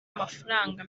amafaranga